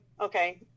okay